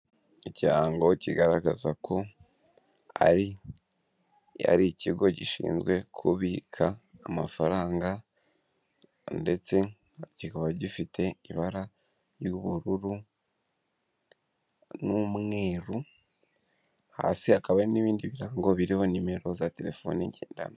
Ikirango kigaragaza ko ari ari ikigo gishinzwe kubika amafaranga ndetse kikaba gifite ibara ry'ubururu n'umweru, hasi hakaba hari n'ibindi birango biriho nimero za terefone ngendanwa.